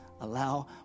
allow